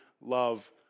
love